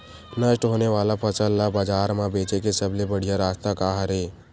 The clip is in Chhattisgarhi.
नष्ट होने वाला फसल ला बाजार मा बेचे के सबले बढ़िया रास्ता का हरे?